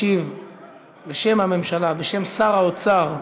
משיב בשם הממשלה, בשם שר האוצר,